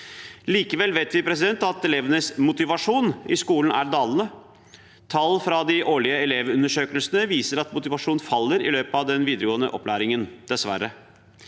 Likevel vet vi at elevenes motivasjon i skolen er dalende. Tall fra de årlige elevundersøkelsene viser at motivasjonen faller i løpet av den videregående opplæringen – dessverre.